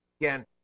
again